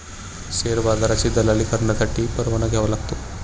share बाजाराची दलाली करण्यासाठी परवाना घ्यावा लागतो